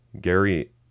Gary